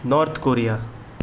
North Korea